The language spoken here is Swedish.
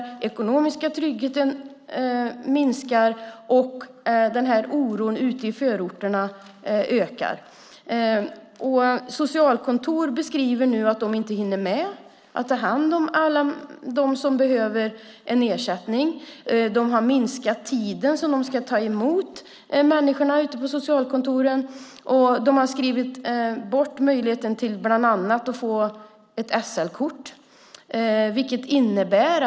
Den ekonomiska tryggheten minskar, och oron ute i förorterna ökar. Socialkontor beskriver nu att de inte hinner med att ta hand om alla som behöver en ersättning. De har minskat tiden för att ta emot människorna ute på socialkontoren, och de har skrivit bort möjligheten för människorna att bland annat få ett SL-kort.